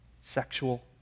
sexual